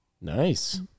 Nice